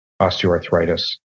osteoarthritis